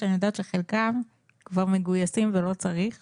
שאני יודעת שחלקם כבר מגויסים ולא צריך